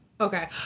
Okay